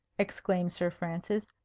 exclaimed sir francis.